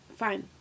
fine